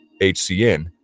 HCN